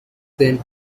then